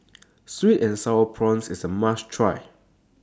Sweet and Sour Prawns IS A must Try